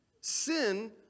Sin